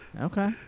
Okay